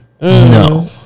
No